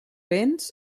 béns